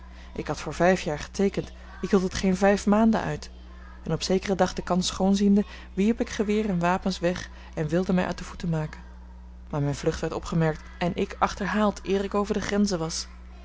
ik had voor vijf jaar geteekend ik hield het geen vijf maanden uit en op zekeren dag de kans schoon ziende wierp ik geweer en wapens weg en wilde mij uit de voeten maken maar mijne vlucht werd opgemerkt en ik achterhaald eer ik over de grenzen was